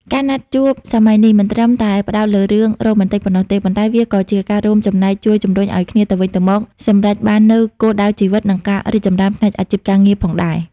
ការណាត់ជួបសម័យនេះមិនត្រឹមតែផ្ដោតលើរឿងរ៉ូម៉ែនទិកប៉ុណ្ណោះទេ ប៉ុន្តែវាក៏ជាការរួមចំណែកជួយជំរុញឱ្យគ្នាទៅវិញទៅមកសម្រេចបាននូវគោលដៅជីវិត និងការរីកចម្រើនផ្នែកអាជីពការងារផងដែរ។